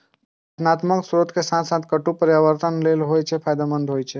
खाद्यान्नक स्रोत के साथ साथ कट्टू पर्यावरण लेल सेहो फायदेमंद होइ छै